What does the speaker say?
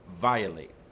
Violate